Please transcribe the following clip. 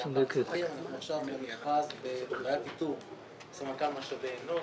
אנחנו עכשיו במכרז לאיתור סמנכ"ל משאבי אנוש.